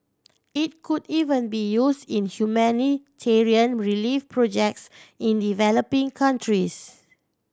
it could even be use in humanitarian relief projects in developing countries